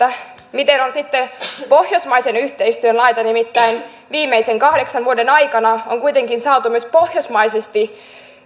miten on sitten pohjoismaisen yhteistyön laita nimittäin viimeisen kahdeksan vuoden aikana on kuitenkin saatu myös pohjoismaisesti